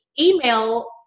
email